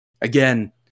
again